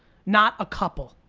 not a couple.